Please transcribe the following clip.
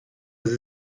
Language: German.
sie